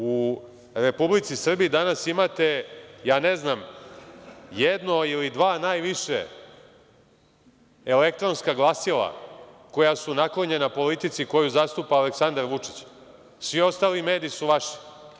U Republici Srbiji danas imate, ja ne znam, jedno ili dva najviše, elektronska glasila koja su naklonjena politici koju zastupa Aleksandar Vučić, svi ostali mediji su vaši.